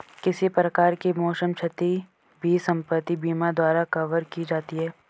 किसी प्रकार की मौसम क्षति भी संपत्ति बीमा द्वारा कवर की जाती है